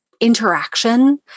interaction